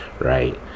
right